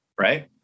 right